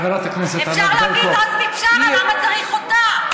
אפשר להביא את עזמי בשארה, למה צריך אותה?